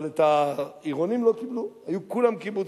אבל את העירוניים לא קיבלו, היו כולם קיבוצניקים.